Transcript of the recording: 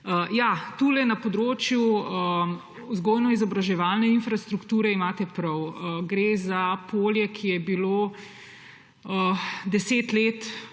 drugačen. Na področju vzgojno-izobraževalne infrastrukture imate prav. Gre za polje, ki je bilo 10 let